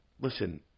listen